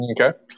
Okay